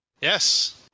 Yes